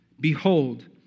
Behold